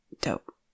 Dope